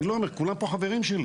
אני לא אומר, כולם פה חברים שלי.